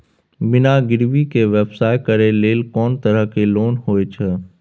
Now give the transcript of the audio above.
बिना गिरवी के व्यवसाय करै ले कोन तरह के लोन होए छै?